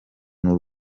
n’u